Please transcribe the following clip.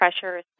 pressure